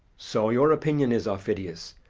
so, your opinion is, aufidius,